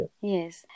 Yes